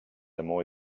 amants